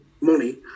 money